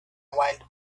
wild